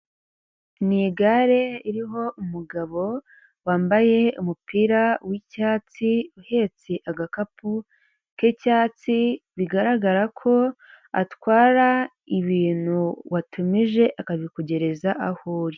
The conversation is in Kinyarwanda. Ni igare iriho umugabo wambaye umupira wicyatsi uhetse agakapu k'icyatsi, bigaragara ko atwara ibintu watumije akabikugereza aho uri.